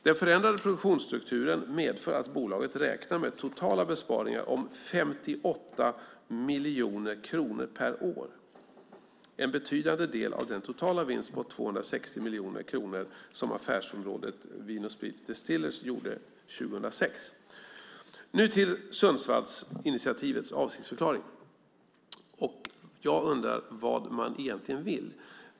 Den förändrade produktionsstrukturen medför att bolaget räknar med totala besparingar om 58 miljoner kronor per år, en betydande del av den totala vinst på 260 miljoner kronor som affärsområdet Vin & Sprit Distillers gjorde 2006. Nu till Sundsvallsinitiativets avsiktsförklaring. Jag undrar vad man egentligen vill.